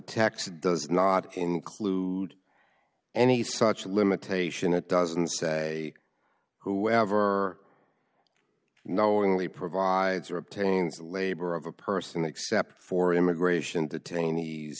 text does not include any such limitation it doesn't say whoever or knowingly provides or obtains labor of a person except for immigration detainees